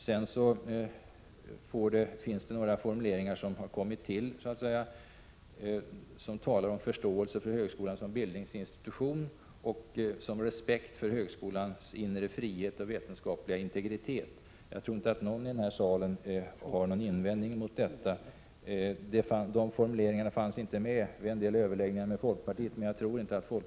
Sedan finns det några formuleringar som har tillkommit efter överläggningarna med folkpartiet, som talar om förståelse för högskolan som bildningsinstitution och om respekt för högskolans inre frihet och vetenskap liga integritet. Jag tror inte någon i den här salen har någon invändning mot detta heller.